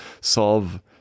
solve